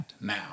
now